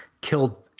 killed